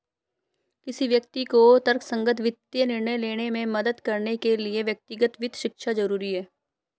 किसी व्यक्ति को तर्कसंगत वित्तीय निर्णय लेने में मदद करने के लिए व्यक्तिगत वित्त शिक्षा जरुरी है